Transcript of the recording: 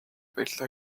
баярлалаа